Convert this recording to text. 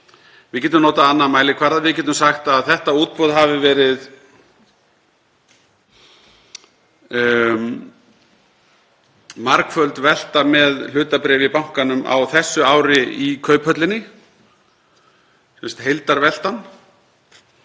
Við getum notað annan mælikvarða. Við getum sagt að þetta útboð hafi verið margföld velta með hlutabréf í bankanum á þessu ári í Kauphöllinni, sem sagt heildarveltan.